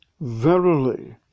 verily